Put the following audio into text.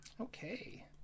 Okay